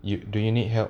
you do you need help